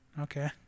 Okay